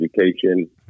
education